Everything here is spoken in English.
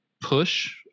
push